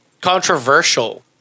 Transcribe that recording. controversial